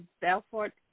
Belfort